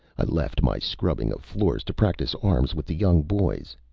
i left my scrubbing of floors to practice arms with the young boys.